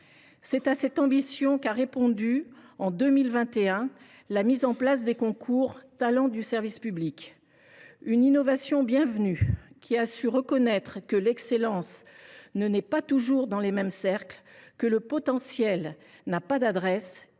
C’est à cette ambition qu’a répondu la mise en place des concours Talents du service public en 2021. Par cette innovation bienvenue, nous avons su reconnaître que l’excellence ne naît pas toujours dans les mêmes cercles, que le potentiel n’a pas d’adresse